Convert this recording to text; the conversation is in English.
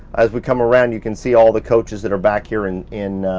as we come around, you can see all the coaches that are back here in in